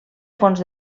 fons